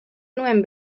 nuen